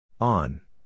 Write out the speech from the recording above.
On